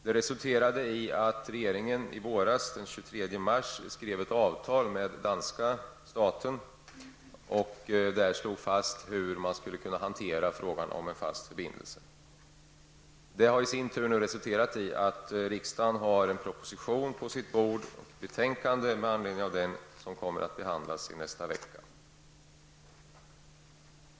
Det resulterade i att regeringen i våras, den 23 mars, skrev ett avtal med danska staten och där slog fast hur man skulle kunna hantera frågan om en fast förbindelse. Det har i sin tur resulterat i att riksdagen har en proposition på sitt bord och ett betänkande med anledning av den, som kommer att behandlas i nästa vecka.